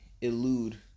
elude